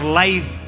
life